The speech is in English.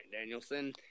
Danielson